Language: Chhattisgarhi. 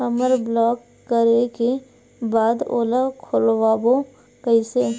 हमर ब्लॉक करे के बाद ओला खोलवाबो कइसे?